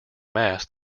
mass